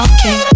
Okay